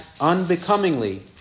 unbecomingly